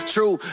True